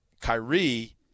Kyrie